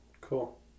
Cool